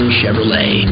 Chevrolet